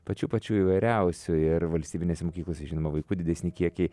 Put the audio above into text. pačių pačių įvairiausių ir valstybinėse mokyklose žinoma vaikų didesni kiekiai